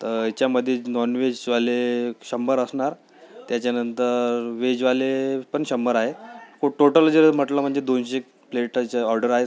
तर याच्यामध्ये नॉनव्हेजवाले शंभर असणार त्याच्यानंतर व्हेजवाले पण शंभर आहे टोटल जर म्हटलं म्हणजे दोनशे प्लेटाचं ऑर्डर आहेच